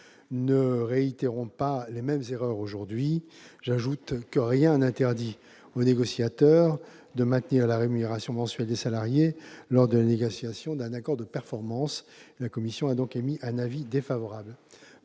Ne réitérons pas les mêmes erreurs aujourd'hui ! J'ajoute que rien n'interdit aux négociateurs de maintenir la rémunération mensuelle des salariés lors de la négociation d'un accord de performance. La commission émet donc un avis défavorable